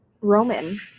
Roman